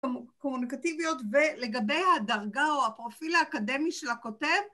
הקומוניקטיביות ולגבי הדרגה או הפרופיל האקדמי של הכותב